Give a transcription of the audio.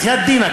בחיאת דינכ,